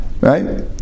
Right